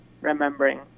remembering